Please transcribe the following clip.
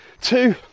two